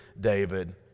David